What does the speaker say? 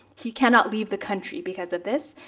he cannot leave the country because of this,